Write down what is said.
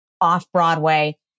Off-Broadway